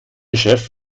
chef